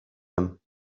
him